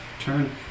Turn